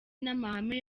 n’amahame